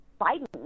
Biden